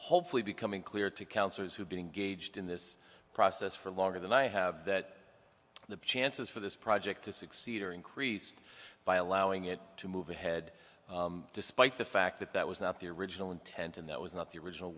hopefully becoming clear to councillors who are being gauged in this process for longer than i have that the chances for this project to succeed are increased by allowing it to move ahead despite the fact that that was not the original intent and that was not the original